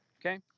okay